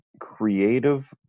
creative